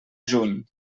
juny